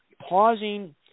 pausing